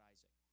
Isaac